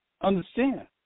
understand